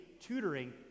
tutoring